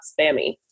spammy